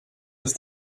ist